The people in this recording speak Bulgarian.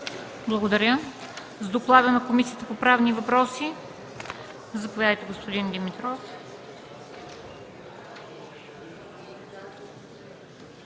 Благодаря. С доклада на Комисията по правни въпроси ще ни запознае господин Димитров.